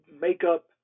makeup